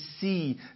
see